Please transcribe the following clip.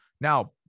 Now